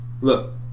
Look